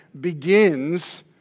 begins